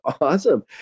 awesome